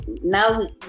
now